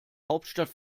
hauptstadt